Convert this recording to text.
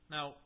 Now